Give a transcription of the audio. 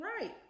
right